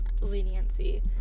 leniency